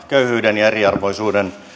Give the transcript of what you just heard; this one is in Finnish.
köyhyyden ja eriarvoisuuden